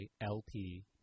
LP